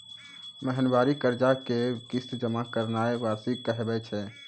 महिनबारी कर्जा के किस्त जमा करनाय वार्षिकी कहाबै छै